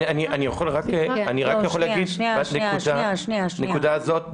אני יכול להגיד בנקודה הזאת,